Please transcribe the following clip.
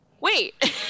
wait